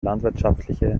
landwirtschaftliche